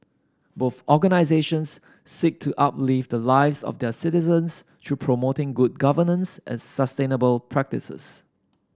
both organisations seek to uplift the lives of their citizens through promoting good governance and sustainable practices